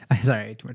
Sorry